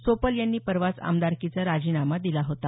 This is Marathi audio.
सोपल यांनी परवाच आमदारकीचा राजीनामा दिला होता